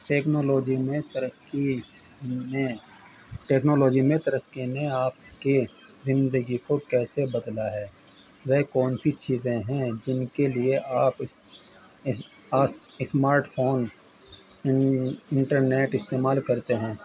technology میں ترقی نے ٹیکنالوجی میں ترقی نے آپ کے زندگی کو کیسے بدلا ہے وہ کون سی چیزیں ہیں جن کے لیے آپ آ اسمارٹ فون انٹرنیٹ استعمال کرتے ہیں